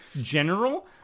general